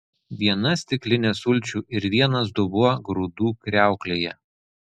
viena stiklinė sulčių ir vienas dubuo grūdų kriauklėje